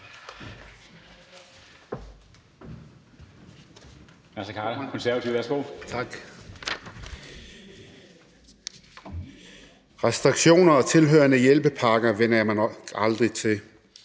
Restriktioner og tilhørende hjælpepakker vænner jeg mig nok aldrig til,